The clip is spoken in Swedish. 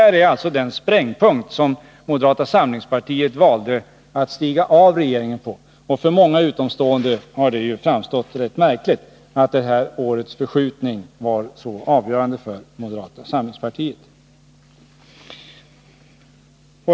Detta är alltså den sprängpunkt för vilken moderata samlingspartiet valde att lämna regeringen. För många utomstående har det framstått som rätt märkligt att denna förskjutning på ett år varit så avgörande för moderata samlingspartiet.